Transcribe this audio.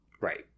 right